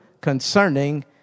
concerning